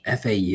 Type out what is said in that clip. fau